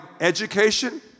education